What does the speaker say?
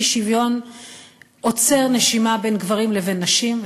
אי-שוויון עוצר נשימה בין גברים לבין נשים.